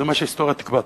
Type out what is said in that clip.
זה מה שההיסטוריה תקבע.